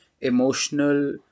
emotional